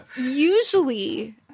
usually